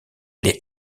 les